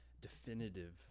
definitive